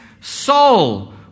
soul